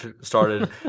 started